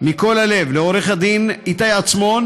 מכל הלב לעורך הדין איתי עצמון: